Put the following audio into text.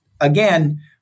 again